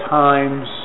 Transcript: times